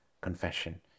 confession